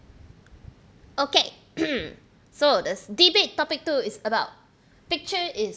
okay so this debate topic two is about picture is